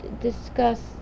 discuss